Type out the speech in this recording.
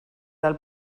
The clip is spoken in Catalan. del